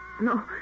No